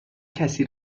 کسی